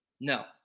No